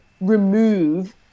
remove